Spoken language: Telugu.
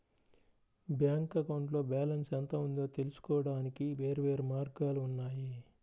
బ్యాంక్ అకౌంట్లో బ్యాలెన్స్ ఎంత ఉందో తెలుసుకోవడానికి వేర్వేరు మార్గాలు ఉన్నాయి